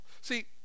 See